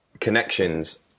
connections